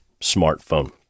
smartphone